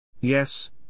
Yes